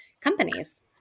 companies